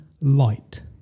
light